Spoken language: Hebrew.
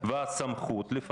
אני קורא אותך לסדר.